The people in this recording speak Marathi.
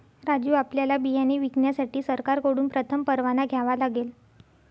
राजू आपल्याला बियाणे विकण्यासाठी सरकारकडून प्रथम परवाना घ्यावा लागेल